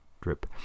drip